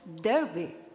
derby